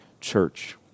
church